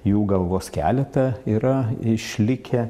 jų gal vos keletą yra išlikę